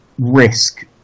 risk